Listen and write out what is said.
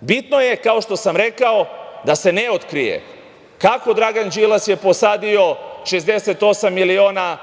Bitno je, kao što sam rekao, da se ne otkrije kako je Dragan Đilas posadio 68 miliona